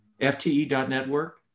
fte.network